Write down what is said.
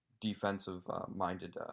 defensive-minded